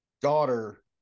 daughter